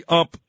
up